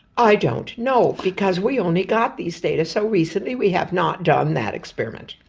i don't know because we only got these data so recently we have not done that experiment.